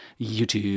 YouTube